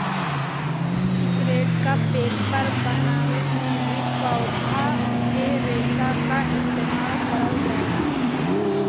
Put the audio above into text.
cigarette क paper बनावे में भी पौधा के रेशा क इस्तेमाल करल जाला